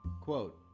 Quote